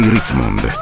Ritzmond